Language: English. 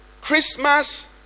Christmas